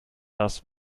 das